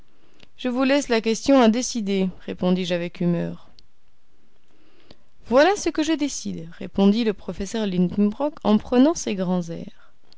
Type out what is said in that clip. je vous laisse la question à décider répondis-je avec humeur voici ce que je décide répondit le professeur lidenbrock en prenant ses grands airs